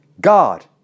God